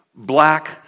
Black